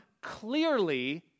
clearly